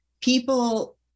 people